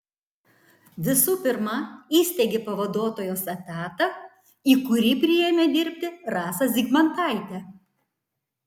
visų pirma įsteigė pavaduotojos etatą į kurį priėmė dirbti rasą zygmantaitę